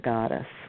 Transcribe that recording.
Goddess